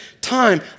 time